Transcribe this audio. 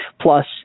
Plus